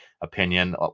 opinion